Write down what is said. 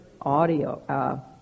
audio